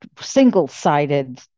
single-sided